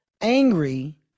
angry